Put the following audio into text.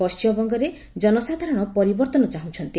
ପଶ୍ଚିମବଙ୍ଗରେ ଜନସାଧାରଣ ପରିବର୍ଭନ ଚାହୁଁଛନ୍ତି